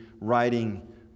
writing